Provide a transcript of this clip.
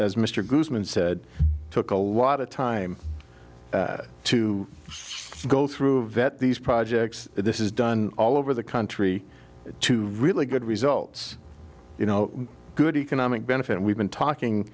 guzman said took a lot of time to go through vet these projects this is done all over the country to really good results you know good economic benefit and we've been talking